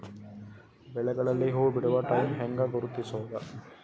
ಬೆಳೆಗಳಲ್ಲಿ ಹೂಬಿಡುವ ಟೈಮ್ ಹೆಂಗ ಗುರುತಿಸೋದ?